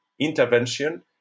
intervention